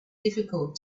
difficult